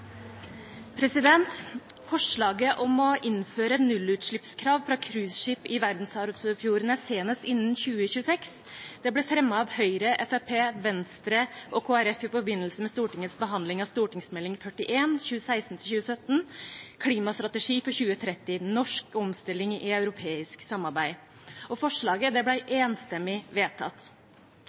Forslaget om å innføre nullutslippskrav fra cruiseskip i verdensarvfjordene senest innen 2026, ble fremmet av Høyre, Fremskrittspartiet, Venstre og Kristelig Folkeparti i forbindelse med Stortingets behandling av Meld. St. 41 for 2016–2017, Klimastrategi for 2030 – norsk omstilling i europeisk samarbeid. Forslaget ble enstemmig vedtatt.